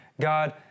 God